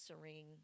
serene